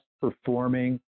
performing